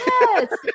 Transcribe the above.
Yes